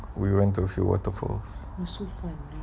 we went to few waterfalls